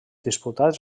disputats